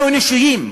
אנחנו אנושיים.